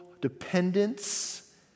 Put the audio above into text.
dependence